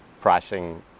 pricing